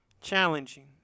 Challenging